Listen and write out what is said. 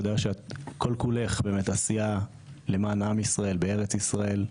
אני יודע שאת כל כולך עשייה למען עם ישראל בארץ ישראל.